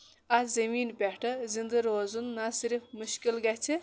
اَتھ زمیٖنہِ پٮ۪ٹھ زِندٕ روزُن نہ صرف مُشکِل گژھِ